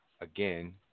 again